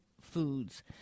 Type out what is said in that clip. foods